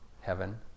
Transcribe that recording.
heaven